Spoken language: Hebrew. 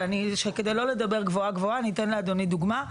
כדי לא לדבר גבוהה גבוהה אני אתן לאדוני דוגמה.